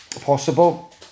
possible